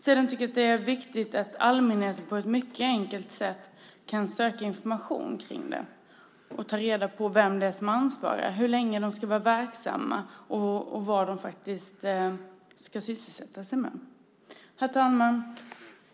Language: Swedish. Vidare är det viktigt att allmänheten på ett enkelt sätt kan söka information och ta reda på vem det är som ansvarar för utredningen, hur länge utredarna ska vara verksamma och vad de faktiskt ska sysselsätta sig med. Herr talman!